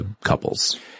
couples